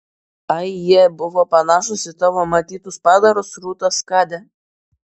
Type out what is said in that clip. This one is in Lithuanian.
ai jie buvo panašūs į tavo matytus padarus rūta skade